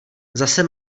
zase